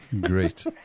Great